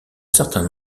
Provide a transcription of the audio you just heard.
certain